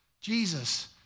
Jesus